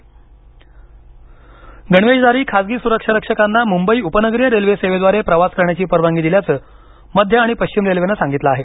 railway परवानगी गणवेशधारी खासगी सुरक्षारक्षकांना मुंबई उपनगरीय रेल्वे सेवेद्वारे प्रवास करण्याची परवानगी दिल्याचं मध्य आणि पश्चिम रेल्वेनं सांगितलं आहे